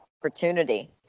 opportunity